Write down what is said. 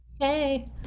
hey